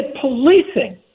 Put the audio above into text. policing